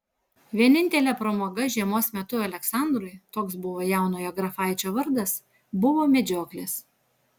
vienintelė pramoga žiemos metu aleksandrui toks buvo jaunojo grafaičio vardas buvo medžioklės